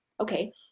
Okay